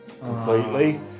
completely